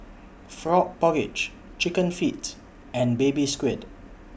Frog Porridge Chicken Feet and Baby Squid